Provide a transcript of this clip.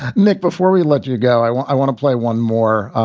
nic, before we let you go, i want i want to play one more.